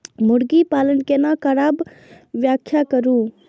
मुर्गी पालन केना करब व्याख्या करु?